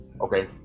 Okay